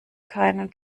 keinen